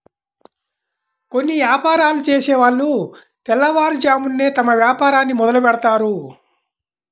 కొన్ని యాపారాలు చేసేవాళ్ళు తెల్లవారుజామునే తమ వ్యాపారాన్ని మొదలుబెడ్తారు